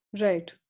Right